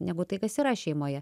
negu tai kas yra šeimoje